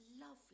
lovely